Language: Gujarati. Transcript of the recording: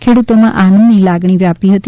ખેડૂતોમાં આનંદની લાગણી વ્યાપી હતી